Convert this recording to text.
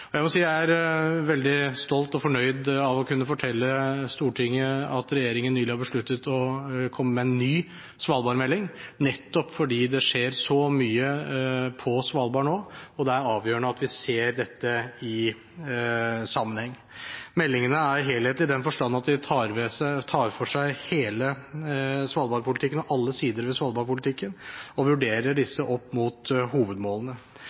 Jeg må si jeg er veldig stolt over og fornøyd med å kunne fortelle Stortinget at regjeringen nylig har besluttet å komme med en ny svalbardmelding, nettopp fordi det skjer så mye på Svalbard nå, og det er avgjørende at vi ser dette i sammenheng. Meldingene er helhetlige, i den forstand at de tar for seg hele svalbardpolitikken – alle sider ved svalbardpolitikken – og vurderer disse opp mot hovedmålene.